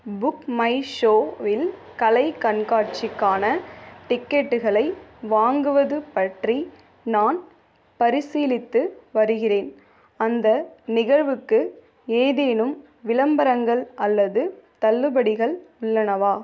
book my ஷோவில் கலை கண்காட்சிக்கான டிக்கெட்டுகளை வாங்குவது பற்றி நான் பரிசீலித்து வருகிறேன் அந்த நிகழ்வுக்கு ஏதேனும் விளம்பரங்கள் அல்லது தள்ளுபடிகள் உள்ளனவா